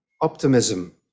optimism